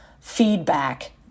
feedback